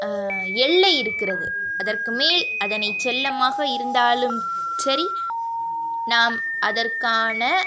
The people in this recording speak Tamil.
எல்லை இருக்கிறது அதற்கு மேல் அதனை செல்லமாக இருந்தாலும் சரி நாம் அதற்கான